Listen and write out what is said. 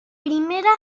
primera